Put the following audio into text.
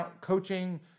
coaching